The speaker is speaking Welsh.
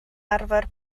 arfer